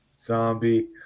zombie